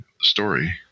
story